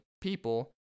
people